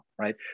right